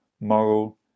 moral